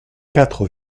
quatre